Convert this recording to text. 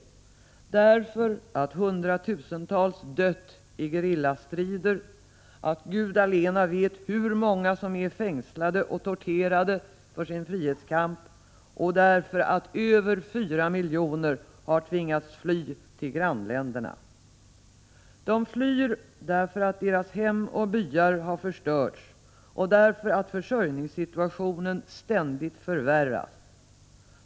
Hundratusentals människor har dött i gerillastrider, Gud allena vet hur många som är fängslade och torterade för sin frihetskamp, och över fyra miljoner har tvingats fly till grannländerna. De flyr därför att deras hem och byar förstörts och därför att försörjningssituationen ständigt förvärras.